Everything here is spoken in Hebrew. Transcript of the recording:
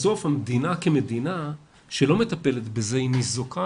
בסוף המדינה כמדינה שלא מטפלת בזה היא ניזוקה